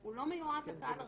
הוא לא מיועד לקהל הרחב.